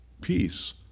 Peace